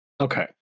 Okay